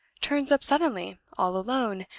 turns up suddenly, all alone,